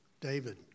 david